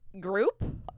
Group